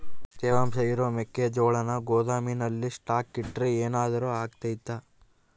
ತೇವಾಂಶ ಇರೋ ಮೆಕ್ಕೆಜೋಳನ ಗೋದಾಮಿನಲ್ಲಿ ಸ್ಟಾಕ್ ಇಟ್ರೆ ಏನಾದರೂ ಅಗ್ತೈತ?